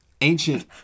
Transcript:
Ancient